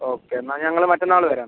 okay എന്നാൽ ഞങ്ങൾ മറ്റന്നാൾ വരാം എന്നാൽ